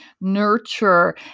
nurture